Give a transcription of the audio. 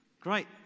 Great